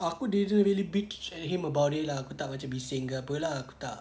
aku didn't really bitch at him about it lah aku tak macam bising ke apa lah aku tak